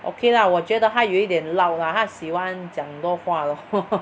okay lah 我觉得她有一点 loud lah 她喜欢讲很多话 lor